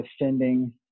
defending